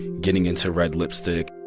getting into red lipstick.